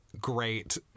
great